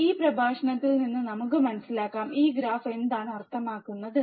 എന്നാൽ ഈ പ്രഭാഷണത്തിൽ നിന്ന് നമുക്ക് മനസ്സിലാക്കാം ഈ ഗ്രാഫ് എന്താണ് അർത്ഥമാക്കുന്നത്